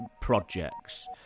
projects